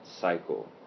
cycle